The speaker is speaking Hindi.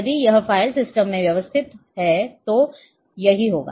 यदि यह फ़ाइल सिस्टम में व्यवस्थित है तो यही होगा